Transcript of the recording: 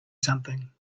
something